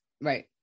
Right